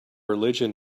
religion